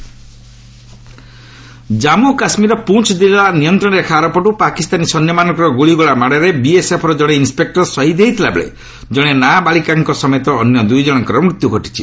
ceasefire violation Jammu କାଶ୍ମୀରର ପୁଞ୍ କିଲ୍ଲା ନିୟନ୍ତ୍ରଣରେଖା ଆରପଟ୍ ପାକିସ୍ତାନୀ ସୈନ୍ୟମାନଙ୍କର ଗୁଳିଗୋଳା ମାଡ଼ରେ ବିଏସ୍ଏଫ୍ର ଜଣେ ଇନ୍ସେକ୍ଟର ଶହୀଦ୍ ହୋଇଥିଲାବେଳେ ଜଣେ ନାବାଳିକାଙ୍କ ସମେତ ଅନ୍ୟ ଦୁଇ ଜଣଙ୍କର ମୃତ୍ୟୁ ଘଟିଛି